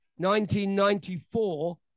1994